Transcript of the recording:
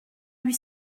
lui